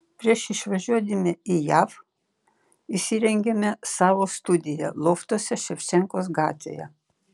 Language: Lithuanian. prieš išvažiuodami į jav įsirengėme savo studiją loftuose ševčenkos gatvėje